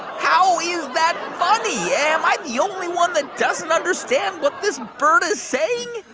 how is that funny? yeah am i the only one that doesn't understand what this bird is saying?